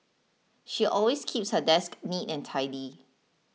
she always keeps her desk neat and tidy